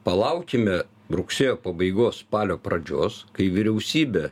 palaukime rugsėjo pabaigos spalio pradžios kai vyriausybė